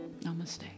Namaste